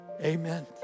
Amen